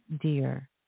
dear